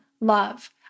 love